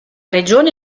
regione